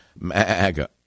MAGA